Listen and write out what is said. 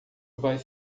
vai